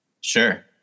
Sure